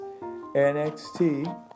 NXT